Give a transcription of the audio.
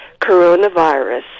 coronavirus